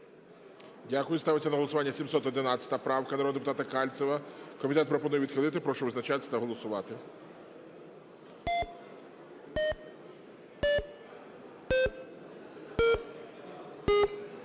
Дякую. Ставиться на голосування 711 правка народного депутата Кальцева. Комітет пропонує відхилити. Прошу визначатись та голосувати.